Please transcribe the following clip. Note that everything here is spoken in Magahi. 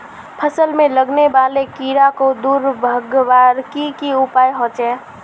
फसल में लगने वाले कीड़ा क दूर भगवार की की उपाय होचे?